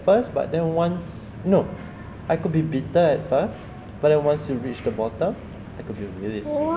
first but then once nope I could be bitter at first but then once you reach the bottom I could be really sweet